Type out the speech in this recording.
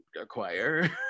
acquire